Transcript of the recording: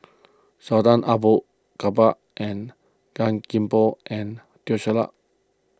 Sultan Abu Bakar and Gan Thiam Poh and Teo Ser Luck